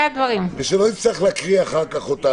כדי שלא נצטרך אחר כך להקריא.